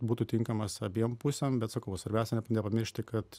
būtų tinkamas abiem pusėm bet sakau svarbiausia nepamiršti kad